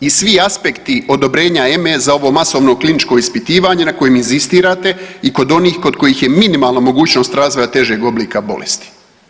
I svi aspekti odobrenja EMA-e za ovo masovno kliničko ispitivanje na kojem inzistirate i kod onih kod kojih je minimalna mogućnost razvoja težeg oblika bolesti.